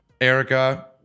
Erica